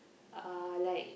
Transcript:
uh like